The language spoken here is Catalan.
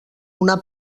una